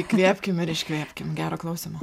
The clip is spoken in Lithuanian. įkvėpkim ir iškvėpkim gero klausymo